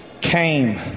came